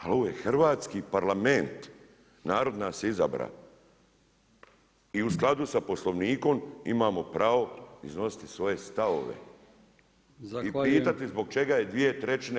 Ali ovo je hrvatski Parlament, narod nas je izabra i u skladu sa Poslovnikom imamo pravo iznositi svoje stavove [[Upadica Brkić: Zahvaljujem.]] i pitati zbog čega je 2/